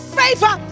favor